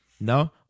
No